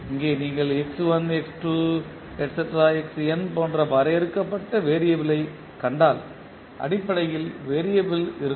இங்கே நீங்கள் x1 x2 xn போன்ற வரையறுக்கப்பட்ட வேறியபிள் யைக் கண்டால் அடிப்படையில் வேறியபிள் இருக்கும்